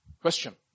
Question